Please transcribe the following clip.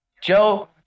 Joe